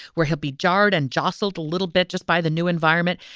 where he'll be jarred and jostled a little bit just by the new environment,